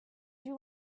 you